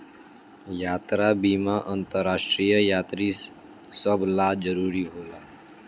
यात्रा बीमा अंतरराष्ट्रीय यात्री सभ ला जरुरी होला